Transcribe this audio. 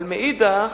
אבל מאידך,